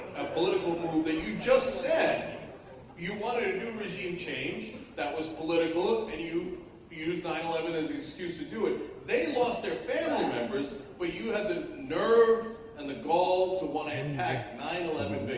a political move that you just said you wanted to do regime change that was political and you used nine eleven as the excuse to do it they lost their family members but you had the nerve and the gall to want to attack nine eleven